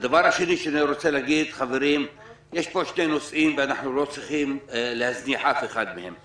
הדבר השני יש פה שני נושאים ואנחנו לא צריכים להזניח אף אחד מהם.